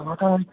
टमाटर